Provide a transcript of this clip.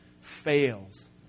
fails